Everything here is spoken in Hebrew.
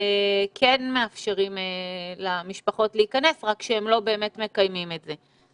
כן מאפשרים למשפחות להיכנס רק שהם לא באמת מקיימים את זה.